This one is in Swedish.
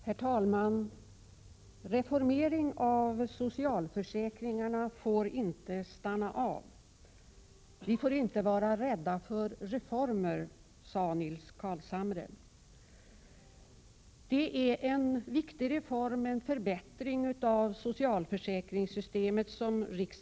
Herr talman! Reformeringen av socialförsäkringarna får inte stanna av — vi får inte vara rädda för reformer, sade Nils Carlshamre. Riksdagen står nu inför att besluta om en viktig reform — en förbättring av socialförsäkringssystemet.